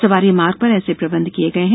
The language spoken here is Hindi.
सवारी मार्ग पर ऐसे प्रबंध किये गये हैं